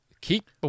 Keep